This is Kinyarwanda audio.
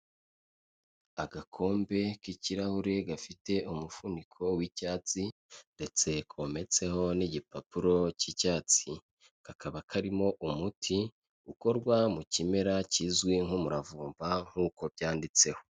Agakombe k'ikirahure gafite umufuniko w'icyatsi, ndetse kometseho n'igipapuro cy'icyatsi, kakaba karimo umuti ukorwa mu kimera kizwi nk'umuravumba nk'uko byanditseho.